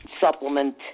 supplement